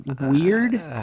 weird